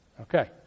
Okay